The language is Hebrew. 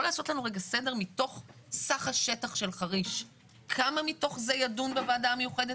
לעשות לנו סדר כמה מתוך סך השטח של חריש ידון בוועדה המיוחדת?